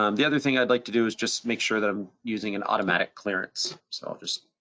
um the other thing i'd like to do is just make sure that i'm using an automatic clearance. so i'll just